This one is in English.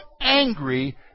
angry